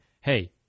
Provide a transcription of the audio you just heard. Hey